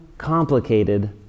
complicated